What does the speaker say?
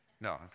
No